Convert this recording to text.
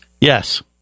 Yes